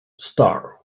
star